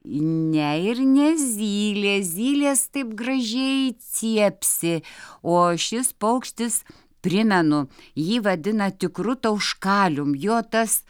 ne ir ne zylė zylės taip gražiai ciepsi o šis paukštis primenu jį vadina tikru tauškalium jo tas